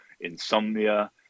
insomnia